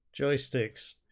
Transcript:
Joysticks